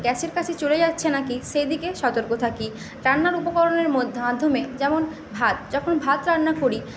গ্যাসের কাছে চলে যাচ্ছে নাকি সেদিকে সতর্ক থাকি রান্নার উপকরণের মধ্যে মাধ্যমে যেমন ভাত যখন ভাত রান্না করি